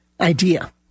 idea